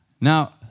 now